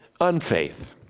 unfaith